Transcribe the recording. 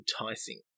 enticing